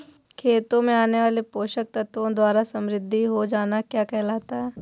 खेतों में आने वाले पोषक तत्वों द्वारा समृद्धि हो जाना क्या कहलाता है?